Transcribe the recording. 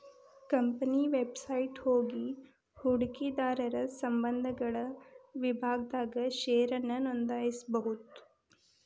company website ಹೋಗಿ ಹೂಡಕಿದಾರರ ಸಂಬಂಧಗಳ ವಿಭಾಗದಾಗ ಷೇರನ್ನ ನೋಂದಾಯಿಸಬೋದು